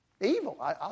evil